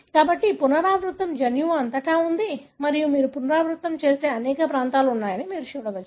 కాబట్టి ఈ పునరావృతం జన్యువు అంతటా ఉంది మరియు మీరు పునరావృతం చేసే అనేక ప్రాంతాలు ఉన్నాయని మీరు చూడవచ్చు